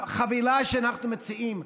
החבילה שאנחנו מציעים,